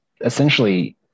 essentially